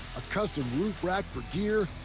a custom roof rack for gear,